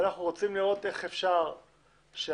אנחנו רוצים לראות איך אפשר שהעסקים